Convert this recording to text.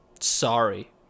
Sorry